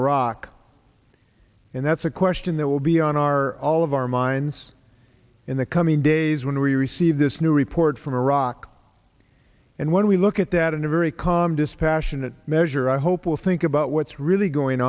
iraq and that's a question that will be on our all of our minds in the coming days when we receive this new report from iraq and when we look at that in a very calm dispassionate measure i hope will think about what's really going